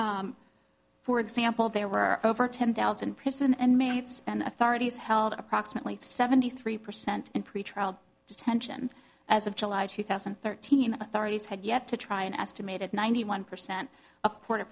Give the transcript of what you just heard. trial for example there were over ten thousand prison and mandates and authorities held approximately seventy three percent in pretrial detention as of july two thousand and thirteen authorities had yet to try an estimated ninety one percent of